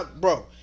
bro